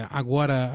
agora